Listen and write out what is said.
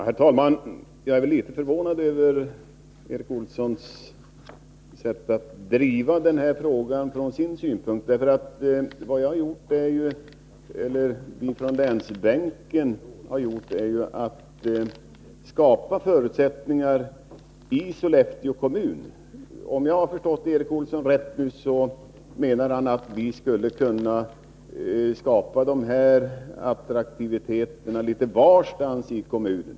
Herr talman! Jag är litet förvånad över Erik Olssons sätt att, från sina utgångspunkter, driva denna fråga. Från länsbänken har vi inriktat oss på att skapa goda förutsättningar i Sollefteå kommun. Om jag nu har förstått Erik Olsson rätt, menar han att man skulle kunna stödja industriverksamhet litet varstans i kommunerna.